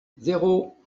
zéro